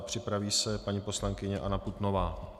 Připraví se paní poslankyně Anna Putnová.